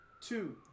Two